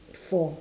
four